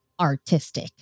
artistic